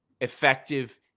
effective